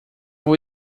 vou